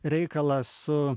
reikalą su